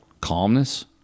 calmness